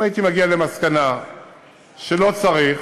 אם הייתי מגיע למסקנה שלא צריך,